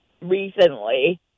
recently